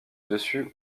dessus